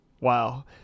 Wow